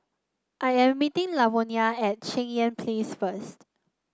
I am meeting Lavonia at Cheng Yan Place first